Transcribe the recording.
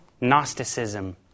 Gnosticism